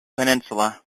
peninsula